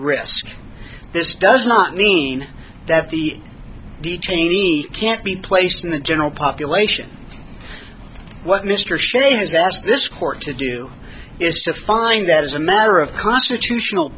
risk this does not mean that the detainee can't be placed in the general population what mr shays asked this court to do is to find that as a matter of constitutional